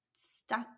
stuck